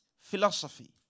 philosophy